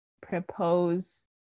propose